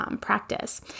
practice